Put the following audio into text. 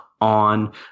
on